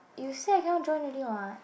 you say I cannot join already [what]